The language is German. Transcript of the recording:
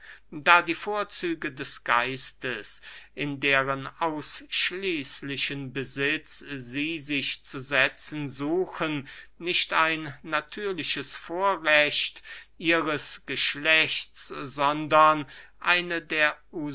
da die vorzüge des geistes in deren ausschließlichen besitz sie sich zu setzen suchen nicht ein natürliches vorrecht ihres geschlechts sondern eine der